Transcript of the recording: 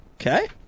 Okay